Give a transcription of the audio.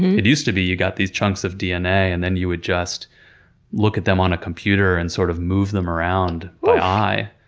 it used to be you got these chunks of dna and then you would just look at them on a computer and, sort of, move them around by eye.